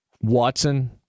Watson